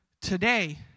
Today